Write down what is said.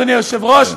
אדוני היושב-ראש.